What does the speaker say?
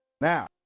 Now